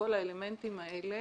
לכל האלמנטים האלה